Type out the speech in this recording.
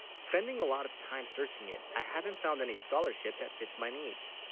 spending a lot of time searching it i haven't found any scholarship that fits my needs